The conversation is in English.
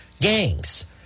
gangs